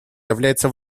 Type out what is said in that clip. является